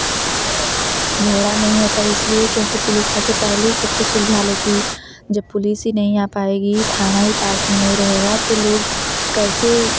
झगड़ा नहीं होता इसलिए क्योंकि पुलिस आकर पहले ही सब कुछ सुलझा लेती जब पुलिस ही नहीं आ पाएगी थाना ही नहीं पास में नहीं रहेगा तो लोग कैसे